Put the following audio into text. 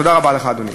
תודה רבה לך, אדוני.